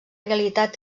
realitat